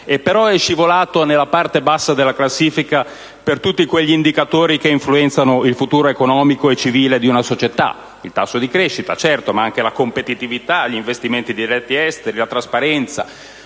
scivolati nella parte bassa della classifica per tutti quegli indicatori che influenzano il futuro economico e civile di una società, tra cui certamente il tasso di crescita, ma anche la competitività, gli investimenti diretti esteri, la trasparenza,